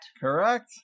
Correct